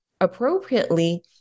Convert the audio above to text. appropriately